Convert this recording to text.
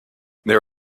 there